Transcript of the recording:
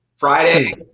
Friday